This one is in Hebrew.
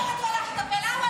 אתה יודע מה, תגיד לי: